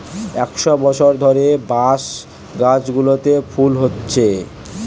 একশ বছর ধরে বাঁশ গাছগুলোতে ফুল হচ্ছে